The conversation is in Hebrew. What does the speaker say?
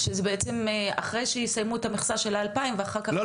שזה בעצם אחרי שיסיימו את המכסה של ה-2,000 ואחר כך --- לא,